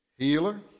healer